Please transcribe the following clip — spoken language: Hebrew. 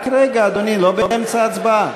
רק רגע, אדוני, לא באמצע הצבעה.